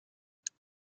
saya